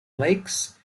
lakes